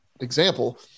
example –